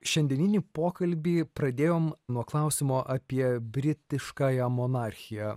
šiandieninį pokalbį pradėjom nuo klausimo apie britiškąją monarchiją